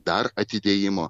dar atidėjimo